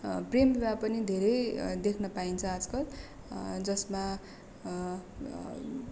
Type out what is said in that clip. प्रेम विवाह पनि धेरै देख्न पाइन्छ आजकल जसमा